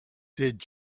did